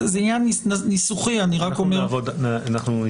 שזה עומד לעיון --- הוא עומד לעיון הנושים